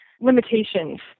limitations